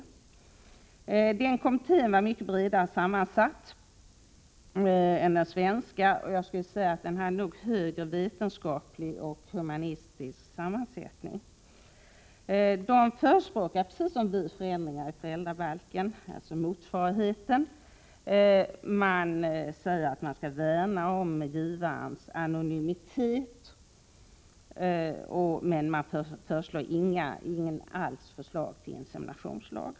Warnock-kommittén hade en mycket bredare sammansättning än den svenska utredningen. Jag skulle vilja påstå att kommittén både vetenskapligt och humanistiskt hade en bredare sammansättning. Precis som vi förespråkar förändringar i föräldrabalken, förespråkar den brittiska kommittén motsvarande förändringar i den egna lagstiftningen. Man framhåller att givarens anonymitet skall värnas. Men man kommer inte med något förslag över huvud taget till en inseminationslag.